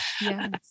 Yes